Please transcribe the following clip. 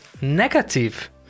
negative